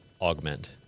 augment